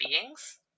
beings